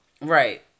Right